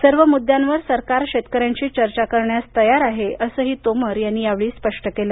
सर्व मुद्द्यांवर सरकार शेतकऱ्यांशी चर्चा करण्यास तयार आहे असंही तोमर यांनी स्पष्ट केलं